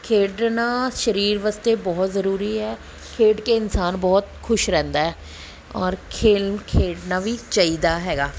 ਖੇਡਣਾ ਸਰੀਰ ਵਾਸਤੇ ਬਹੁਤ ਜ਼ਰੂਰੀ ਹੈ ਖੇਡ ਕੇ ਇਨਸਾਨ ਬਹੁਤ ਖੁਸ਼ ਰਹਿੰਦਾ ਹੈ ਔਰ ਖੇਲ ਖੇਡਣਾ ਵੀ ਚਾਹੀਦਾ ਹੈਗਾ